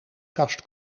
kast